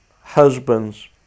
husbands